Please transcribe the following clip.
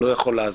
לא יכול להזיק.